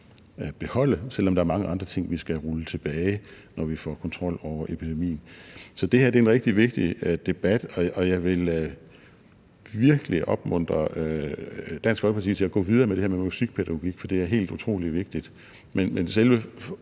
selv om der er mange andre ting, vi skal rulle tilbage, når vi får kontrol over epidemien. Så det her er en rigtig vigtig debat, og jeg vil virkelig opmuntre Dansk Folkeparti til at gå videre med det her med musikpædagogik, for det er helt utrolig vigtigt;